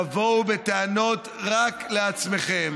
תבואו בטענות רק לעצמכם,